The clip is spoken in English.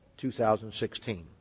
2016